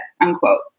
unquote